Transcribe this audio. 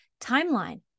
timeline